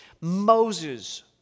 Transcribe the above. Moses